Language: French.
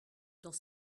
dans